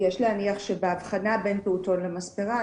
יש להניח שבהבחנה בין פעוטון למספרה,